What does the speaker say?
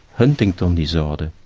huntington's disorder,